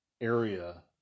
area